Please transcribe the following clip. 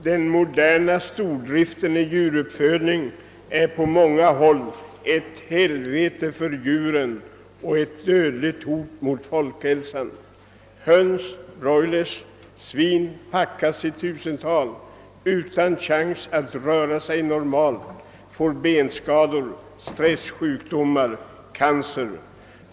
Den moderna stordriften i djuruppfödning är på många håll ett: helvete för djuren och ett dödligt hot mot folkhälsan. Höns, broilers, svin packas i tusental utan chans att röra sig normalt, får benskador, stressjukdomar, cancer.